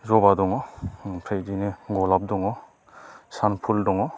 जबा दङ ओमफ्राय इदिनो गलाब दङ सान फुल दङ